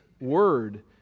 word